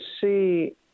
see